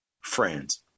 friends